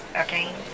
okay